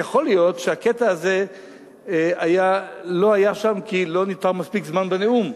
יכול להיות שהקטע הזה לא היה שם כי לא ניתן מספיק זמן בנאום,